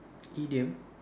idiom